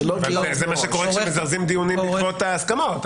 זה מה שקורה כשמזרזים דיונים בעקבות ההסכמות.